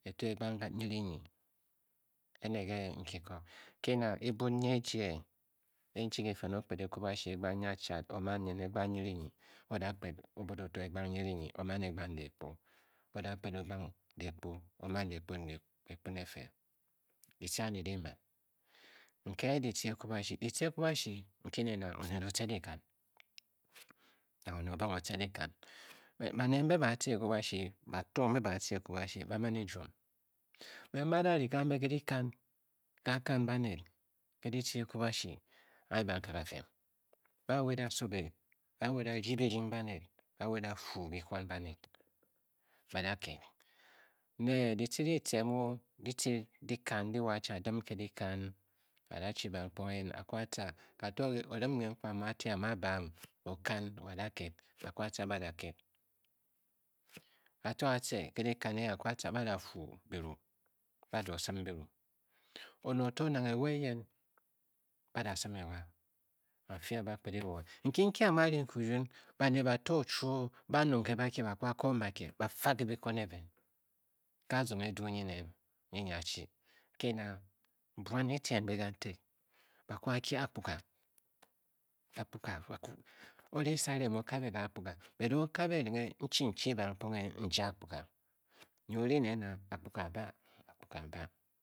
Eto egbang nyiri nyi ene je nki Koo ke na ebud nyi e-jie e-e n-chi kufen o-kpad e kuiubashi ke egbang nyiechat o maan nuin egbang nyiri nyi. o da kped obud oto egbang nyiri nyi o maan egbang dehkpo. oda kped egbang dehkpo. o maan dekakpo ne. dehkpo ne efe ditee andi de maan. nke ditee akwubashi. ditee ekwuba shi nki nen a a oned o o tce dikan nang o Ned obon ghe oo tee dikan baned mbe ba tea ekunibashi. bato mbe ba a tca ekwubashi. ba man e jwom. mbe mba a da ri kambe ke dikan ke akan baned. ke ditee ekwubashi. any bankagafem ba wa e da sube. ba wa e da ri birdying baned. ba wa e da fwu bikwon baned. ba da kped. ne ditu diitce mu diitce diikan ndi wo a chi a dim ke dikan. a da chi bankponghe eyen a kwu a tca kato onim kenkwua mu a-te amu abam o kan a da ked. a kwu a tca ba a-da-ked. ka to a tce ke dikan eyen a kwu a tca. ba da-fuu byirie ba da o o-sim byirie one oto nang ewa eyen ba da-sim ewa. wo a-fyi a ba kped e wonghe nki ki amu aring kirun baned ba to chuoo. bas-nyiung ke bakie. ba kwu ba Koo bakie ba fa ke bikwoon ebe. ke azin edu nyin nen nyi nyi a chi. ke na buan eaten mbe kantik ba kwu ba kie akpuga akpuga. o-ri sare mu o kabe ke akpuga bot o o kabe erenghe n-chi nkie bankponghe n-jia akpuga. nyi only nen a a akpuga aa ba. akpuga aa ba